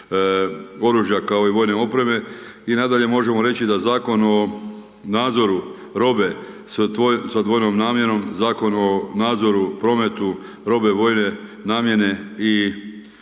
oružja kao i vojne opreme i nadalje možemo reći, da Zakon o nadzoru robe, sa odvojenom namjerom, Zakon o nadzoru, prometu, …/Govornik se ne